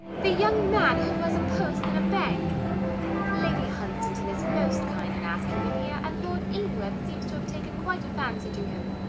the young man who has a post in a bank lady hunstanton is most kind in asking him here, and lord illingworth seems to have taken quite a fancy to him.